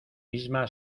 misma